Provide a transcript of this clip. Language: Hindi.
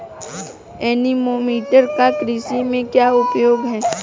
एनीमोमीटर का कृषि में क्या उपयोग है?